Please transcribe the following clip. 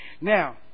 Now